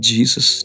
Jesus